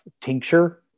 tincture